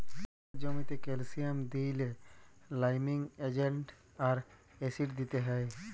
চাষের জ্যামিতে ক্যালসিয়াম দিইলে লাইমিং এজেন্ট আর অ্যাসিড দিতে হ্যয়